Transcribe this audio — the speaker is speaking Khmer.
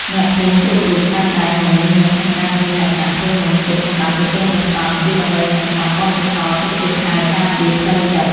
អ្នកភូមិគ្រប់រូបតែងតែមមាញឹកក្នុងការត្រៀមលក្ខណៈធ្វើនំទុកសម្រាប់ប្រគេនព្រះសង្ឃ គឺ ដើម្បីសន្សំបុណ្យកុសលទុកជាខែលការពារផ្លូវចិត្ត។